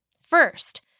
First